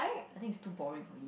I think it's too boring for me